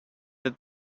that